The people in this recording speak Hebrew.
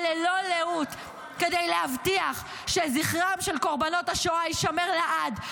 ללא לאות כדי להבטיח שזכרם של קורבנות השואה יישמר לעד,